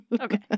Okay